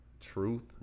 truth